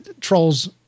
trolls